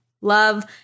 love